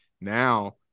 Now